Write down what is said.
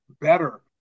better